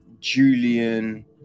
julian